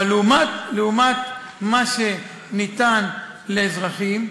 אבל לעומת מה שניתן לאזרחים,